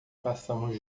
passamos